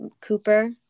Cooper